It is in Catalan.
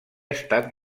estat